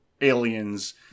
aliens